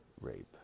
rape